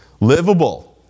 livable